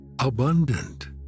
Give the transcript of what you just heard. abundant